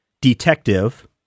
detective